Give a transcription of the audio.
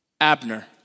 Abner